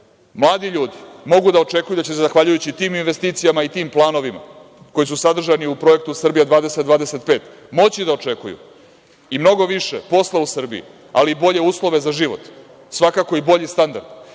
Mladi ljudi mogu da očekuju da će zahvaljujući tim investicijama i tim planovima koji su sadržani u projektu „Srbija 2025“ moći da očekuju i mnogo više posla u Srbiji, ali i bolje uslove za život, svakako i bolji standard